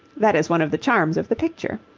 that is one of the charms of the picture.